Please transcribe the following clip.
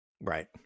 right